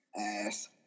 Ass